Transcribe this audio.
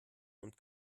und